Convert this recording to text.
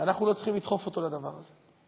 ואנחנו לא צריכים לדחוף אותו לדבר הזה.